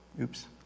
Oops